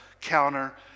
counter